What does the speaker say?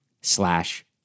slash